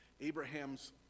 Abraham's